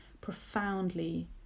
profoundly